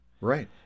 Right